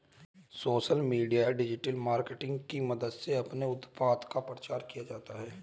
social media या digital marketing की मदद से अपने उत्पाद का प्रचार किया जाता है